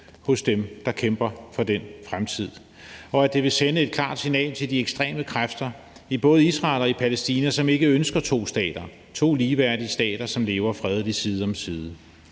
hos dem, der kæmper for den fremtid, og det vil sende et klart signal til de ekstreme kræfter i både Israel og Palæstina, som ikke ønsker to stater, to ligeværdige stater, som lever fredeligt side om side.